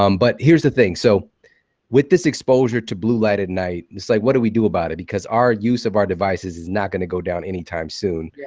um but here's the thing. so with this exposure to blue light at night, it's like what do we do about it? our use of our devices is not going to go down any time soon. yeah